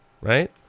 right